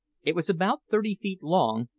it was about thirty feet long,